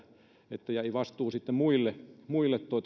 että jäi vastuu sitten muille muille